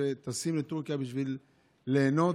שטסים לטורקיה בשביל ליהנות,